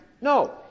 No